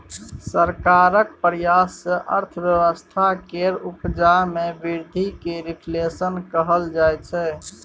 सरकारक प्रयास सँ अर्थव्यवस्था केर उपजा मे बृद्धि केँ रिफ्लेशन कहल जाइ छै